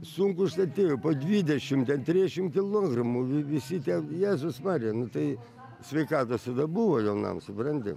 sunkūs atėjo po dvidešimt ten trisdešimt visi ten jėzus marija nu tai sveikatos tada buvojaunam supranti